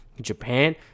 Japan